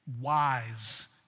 wise